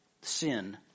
sin